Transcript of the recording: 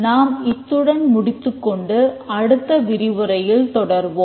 நாம் இத்துடன் முடித்துக் கொண்டு அடுத்த விரிவுரையில் தொடர்வோம்